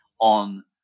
on